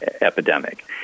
epidemic